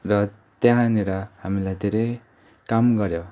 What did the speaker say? र त्यहाँनिर हामीलाई धेरै काम गऱ्यो